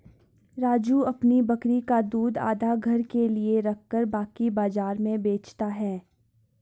राजू अपनी बकरी का दूध आधा घर के लिए रखकर बाकी बाजार में बेचता हैं